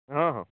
ହଁ ହଁ